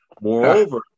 moreover